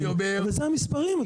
אבל זה המספרים.